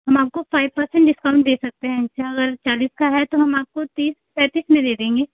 हम आपको five percent discount दे सकते हैं जैसे अगर चालीस का है तो हम आपको तीस पैंतीस में दे देंगे